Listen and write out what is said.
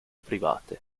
private